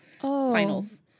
finals